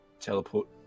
teleport